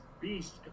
Beast